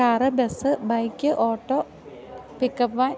car bus bike auto pickup van